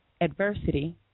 adversity